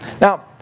Now